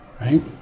right